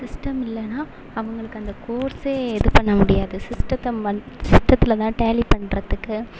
system இல்லைனா அவங்களுக்கு அந்த கோர்ஸே இது பண்ண முடியாது சிஸ்டத்தை வந் சிஸ்டத்தில் தான் டேலி பண்றதுக்கு